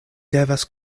devas